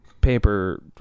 paper